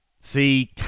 see